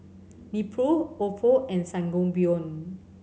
Nepro Oppo and Sangobion